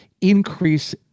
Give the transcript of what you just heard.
increase